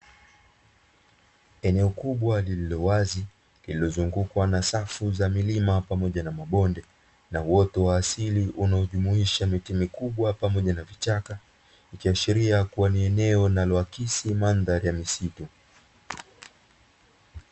Eneo kubwa lililowazi lililozungukwa na safu za milima pamoja na mabonde na uoto wa asili unaojumuisha miti mikubwa pamoja na vichaka ikiashiria kua ni eneo linalo akisi madhari ya misitu.